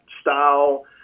style